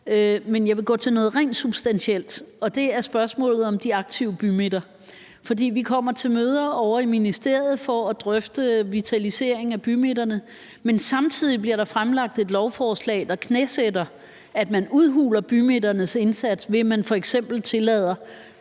Men jeg vil gå til noget rent substantielt, og det er spørgsmålet om de aktive bymidter. For vi kommer til møder ovre i ministeriet for at drøfte vitalisering af bymidterne, men samtidig bliver der fremsat et lovforslag, der knæsætter, at man udhuler bymidternes aktivitet, ved at man f.eks. tillader